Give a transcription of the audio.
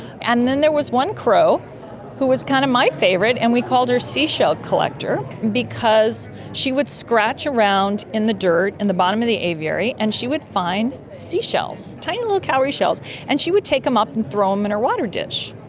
and then there was one crow who was kind of my favourite and we called her seashell collector because she would scratch around in the dirt in the bottom of the aviary and she would find seashells, tiny little cowrie shells, and she would take them up and throw um them in her water dish.